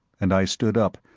and i stood up,